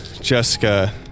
Jessica